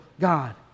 God